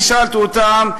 אני שאלתי אותם,